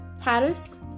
Paris